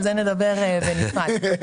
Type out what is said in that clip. על זה נדבר בנפרד.